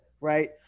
right